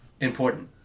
important